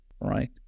Right